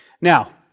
now